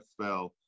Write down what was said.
NFL